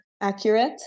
accurate